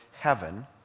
heaven